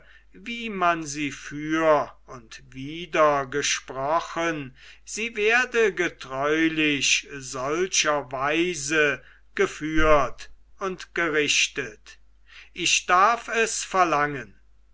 wie man sie für und wider gesprochen sie werde getreulich solcherweise geführt und gerichtet ich darf es verlangen